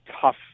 tough